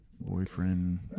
boyfriend